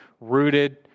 rooted